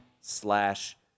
slash